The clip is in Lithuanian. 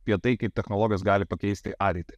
apie tai kaip technologijos gali pakeisti ateitį